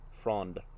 Frond